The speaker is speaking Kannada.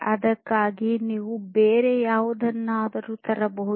ಅದಕ್ಕಾಗಿಯೇ ನೀವು ಬೇರೆ ಯಾವುದನ್ನಾದರೂ ತರಬಹುದು